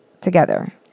together